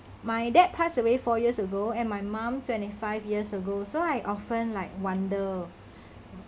my dad passed away four years ago and my mum twenty five years ago so I often like wonder